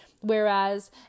Whereas